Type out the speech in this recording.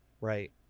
Right